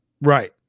right